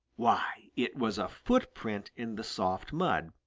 why, it was a footprint in the soft mud.